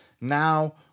Now